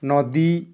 ନଦୀ